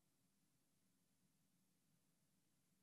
כי